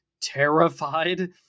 terrified